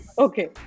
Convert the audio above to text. Okay